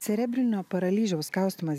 cerebrinio paralyžiaus kaustomas